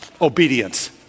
obedience